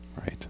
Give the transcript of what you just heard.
Right